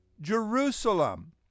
Jerusalem